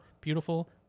beautiful